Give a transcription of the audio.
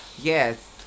Yes